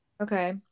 Okay